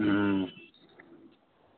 अं